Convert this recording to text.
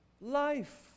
life